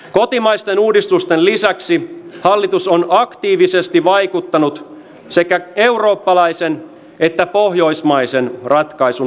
kotimaisten uudistusten lisäksi hallitus on aktiivisesti vaikuttanut sekä eurooppalaisen että pohjoismaisen ratkaisun löytymiseen